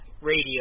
radio